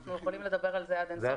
אנחנו יכולים לדבר על זה עד אינסוף,